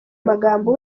magambo